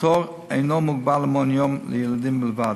הפטור אינו מוגבל למעון-יום לילדים בלבד.